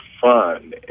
fun